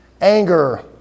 Anger